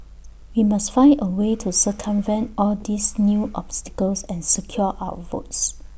we must find A way to circumvent all these new obstacles and secure our votes